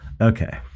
Okay